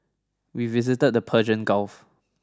we visited the Persian Gulf